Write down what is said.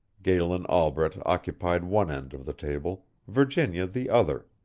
galen albret occupied one end of the table, virginia the other.